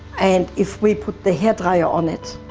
and if we put the hair dryer on it,